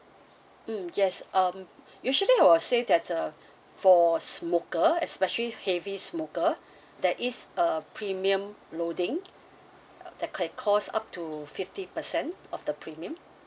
mm yes um usually I will say that uh for smoker especially heavy smoker there is a premium loading that can cost up to fifty percent of the premium